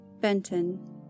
Benton